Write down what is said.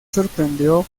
sorprendió